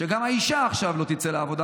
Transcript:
שגם האישה לא תצא עכשיו לעבודה,